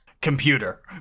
Computer